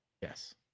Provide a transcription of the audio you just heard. Yes